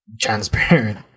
transparent